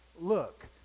look